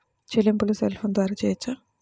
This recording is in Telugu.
చెల్లింపులు సెల్ ఫోన్ ద్వారా చేయవచ్చా?